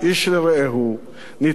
נתמוך איש באחיו,